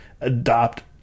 adopt